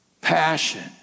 passion